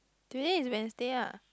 today is Wednesday lah